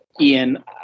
Ian